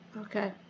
Okay